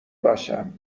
باشم